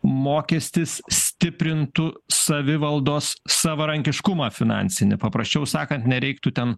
mokestis stiprintų savivaldos savarankiškumą finansinį paprasčiau sakant nereiktų ten